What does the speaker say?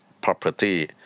property